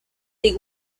les